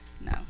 no